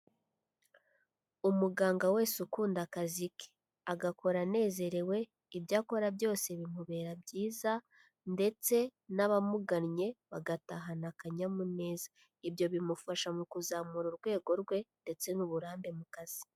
Umuganga wese ukunda akazi ke, agakora anezerewe ibyo akora byose bimubera byiza ndetse n'abamugannye bagatahana akanyamuneza, ibyo bimufasha mu kuzamura urwego rwe ndetse n'uburambe mu kazi.